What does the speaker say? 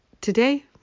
today